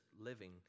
living